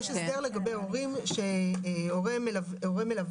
יש הסדר לגבי הורים שהורה מלווה,